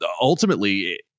ultimately